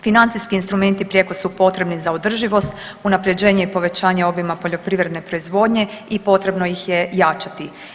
Financijski instrumenti prijeko su potrebni za održivost, unaprjeđenje i povećanje obima poljoprivredne proizvodnje i potrebno ih je jačati.